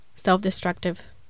self-destructive